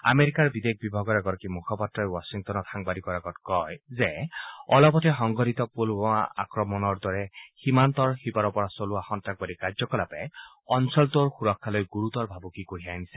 আমেৰিকাৰ বিদেশ বিভাগৰ এগৰাকী মুখপাত্ৰই ৱাখিংটনত সাংবাদিকৰ আগত কয় যে অলপতে সংঘটিত পূলৱামা আক্ৰমণৰ দৰে সীমান্তৰ সিপাৰৰ পৰা চলোৱা সন্নাসবাদী কাৰ্যকলাপে অঞ্চলটোৰ সুৰক্ষালৈ গুৰুতৰ ভাবুকি কঢ়িয়াই আনিছে